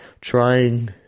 trying